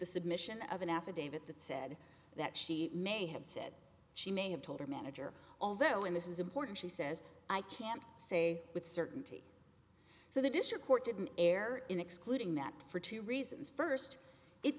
the submission of an affidavit that said that she may have said she may have told her manager although in this is important she says i can't say with certainty so the district court didn't err in excluding that for two reasons first it